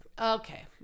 Okay